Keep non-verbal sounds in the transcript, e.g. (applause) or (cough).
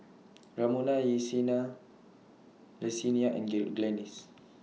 Ramona (unintelligible) Yesenia and (unintelligible) Glennis